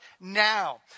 now